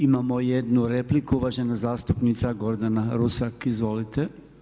Imamo jednu repliku, uvažena zastupnica Gordana Rusak, izvolite.